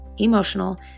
emotional